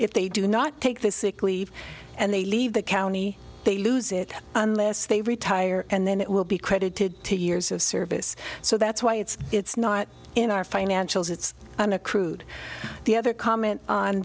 if they do not take the sick leave and they leave the county they lose it unless they retire and then it will be credited to years of service so that's why it's it's not in our financials it's an accrued the other comment on